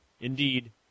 Indeed